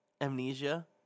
amnesia